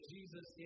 Jesus